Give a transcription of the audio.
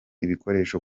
ibikoresho